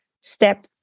step